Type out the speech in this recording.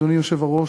אדוני היושב-ראש,